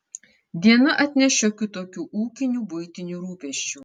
diena atneš šiokių tokių ūkinių buitinių rūpesčių